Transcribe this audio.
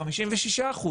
56%,